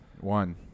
One